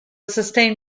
sustained